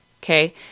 Okay